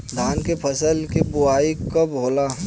धान के फ़सल के बोआई कब होला?